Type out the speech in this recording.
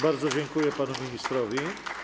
Bardzo dziękuję panu ministrowi.